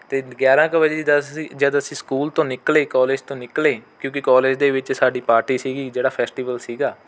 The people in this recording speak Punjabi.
ਅਤੇ ਗਿਆਰ੍ਹਾਂ ਕੁ ਵਜੇ ਜਦ ਅਸੀਂ ਜਦ ਅਸੀਂ ਸਕੂਲ ਤੋਂ ਨਿਕਲੇ ਕੋਲਜ ਤੋਂ ਨਿਕਲੇ ਕਿਉਂਕਿ ਕੋਲਜ ਦੇ ਵਿੱਚ ਸਾਡੀ ਪਾਰਟੀ ਸੀਗੀ ਜਿਹੜਾ ਫੈਸਟੀਵਲ ਸੀਗਾ